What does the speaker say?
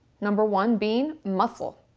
number one being muscle.